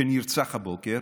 נרצח הבוקר